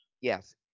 Yes